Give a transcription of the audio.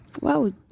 Wow